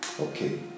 Okay